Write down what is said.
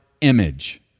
image